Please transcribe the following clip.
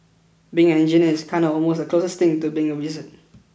being an engineer is kinda almost the closest thing to being a wizard